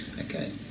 Okay